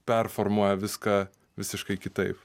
performuoja viską visiškai kitaip